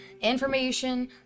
information